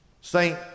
Saint